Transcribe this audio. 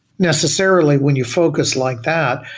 necessarily when you focus like that,